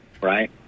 right